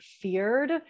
feared